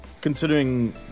considering